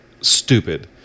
stupid